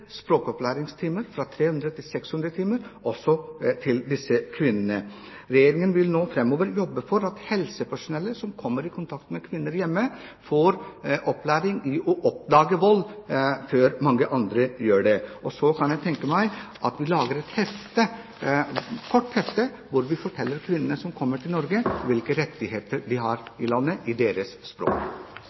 fra 300 til 600 timer, også til disse kvinnene. Regjeringen vil nå framover jobbe for at helsepersonellet som kommer i kontakt med kvinner hjemme, får opplæring i å oppdage vold før mange andre gjør det. Så kan jeg tenke meg at vi lager et lite hefte hvor vi forteller kvinnene som kommer til Norge, hvilke rettigheter de har i landet – på deres eget språk.